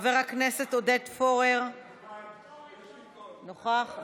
חבר הכנסת עודד פורר, אינו נוכח,